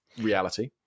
reality